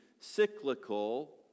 cyclical